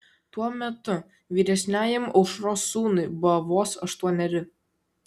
tuo metu vyresniajam aušros sūnui buvo vos aštuoneri